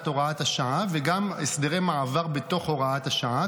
הוראת השעה וגם הסדרי מעבר בתוך הוראת השעה,